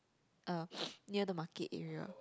uh near the market area